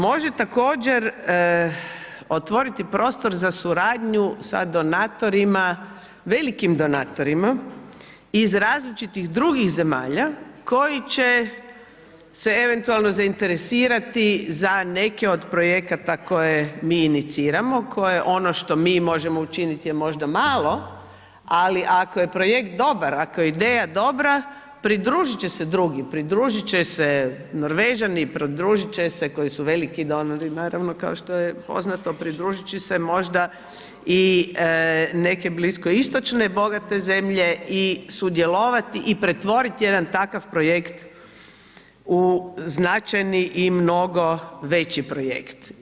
Može također otvoriti prostor za suradnju sa donatorima, velikim donatorima iz različitih drugih zemalja koji će se eventualno zainteresirati za neke od projekata koje mi iniciramo, koje ono što mi možemo učiniti je možda malo ali ako je projekt dobar, ako je ideja dobra, pridružiti će se drugi, pridružiti će se Norvežani, pridružiti ćete se koji su veliki donori, naravno kao što je poznato, pridružiti će se možda i neke bliskoistočne bogate zemlje i sudjelovati i pretvoriti jedan takav projekt u značajni i mnogo veći projekt.